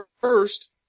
First